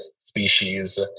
species